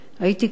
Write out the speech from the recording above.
הייתי כאן,